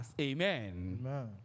Amen